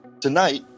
Tonight